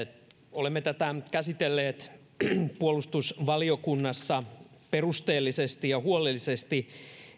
olemme tätä käsitelleet puolustusvaliokunnassa perusteellisesti ja huolellisesti